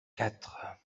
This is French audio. quatre